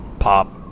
Pop